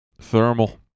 thermal